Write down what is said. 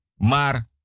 Mar